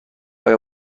آیا